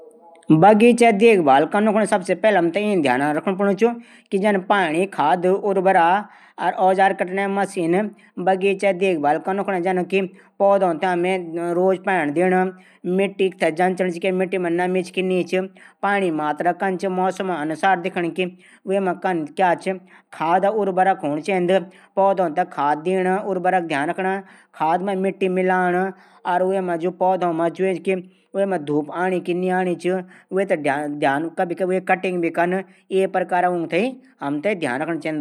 बगीचा देखभाल कनू सबसे पैली हमथै। इन ध्यान रखणू पुण चा पानी खाद औजार। बगीचा देखभाल कनू कू हमथै पौधो थै रोज पाणी दीण मिट्टी थै जचण च पाणी मात्रा क्या च। मौसम अनुसार दिखण वे खाद उर्वरक पौधो थै खाद दीण। खाद मा मिट्टी मिलाण पौधो मा धूप का ध्यान रखना बराबर। ऐ तरीका से हम देखभाल कर सकदा।